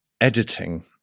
Editing